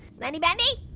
slendy bendy,